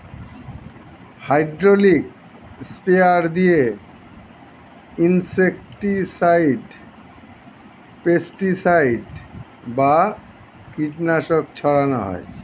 hydraulic sprayer দিয়ে insecticide, pesticide বা কীটনাশক ছড়ান হয়